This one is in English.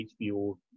HBO